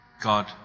God